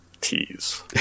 tease